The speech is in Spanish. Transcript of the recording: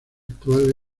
actual